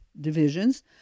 divisions